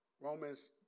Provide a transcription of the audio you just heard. Romans